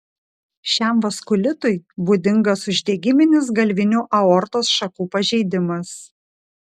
šiam vaskulitui būdingas uždegiminis galvinių aortos šakų pažeidimas